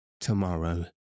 tomorrow